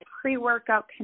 pre-workout